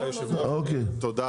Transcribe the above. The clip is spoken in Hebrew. א',